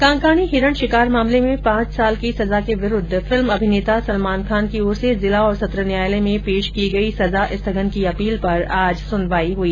कांकाणी हिरण शिकार मामले में पांच साल की सजा के विरुद्ध फिल्म अभिनेता सलमान खान की ओर से जिला और सत्र न्यायालय में पेश की गई सजा स्थगन की अपील पर आज सुनवाई हुई